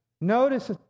Notice